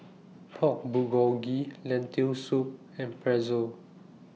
Pork Bulgogi Lentil Soup and Pretzel